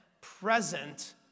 present